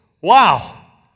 wow